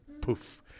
poof